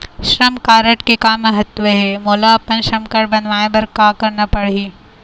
श्रम कारड के का महत्व हे, मोला अपन श्रम कारड बनवाए बार का करना पढ़ही?